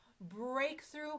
breakthrough